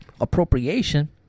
appropriation